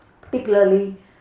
particularly